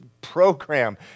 program